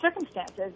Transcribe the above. circumstances